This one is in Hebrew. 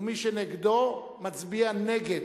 ומי שנגדה מצביע נגד.